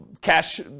cash